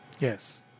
yes